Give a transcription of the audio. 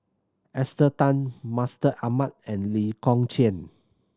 Esther Tan Mustaq Ahmad and Lee Kong Chian